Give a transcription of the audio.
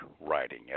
writing